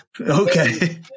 Okay